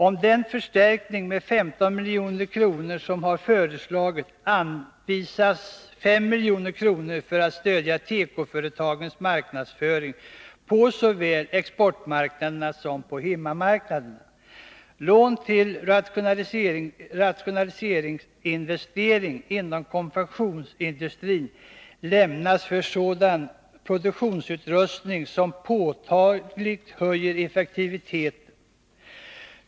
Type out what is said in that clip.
Av den förstärkning med 15 milj.kr. som har föreslagits anvisas 5 milj.kr. för att stödja tekoföretagens marknadsföring på såväl exportmarknaderna som hemmamarknaderna. Lån till rationaliseringsinvesteringar inom konfektionsindustrin lämnas för sådan produktionsutrustning som påtagligt höjer effektiviteten.